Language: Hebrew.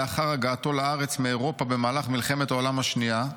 לאחר הגעתו לארץ מאירופה במהלך מלחמת העולם השנייה,